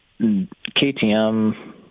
KTM